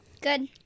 Good